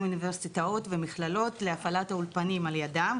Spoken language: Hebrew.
אוניברסיטאות ומכללות להפעלת האולפנים על ידם,